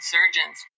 Surgeons